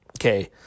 Okay